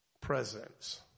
presence